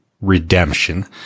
redemption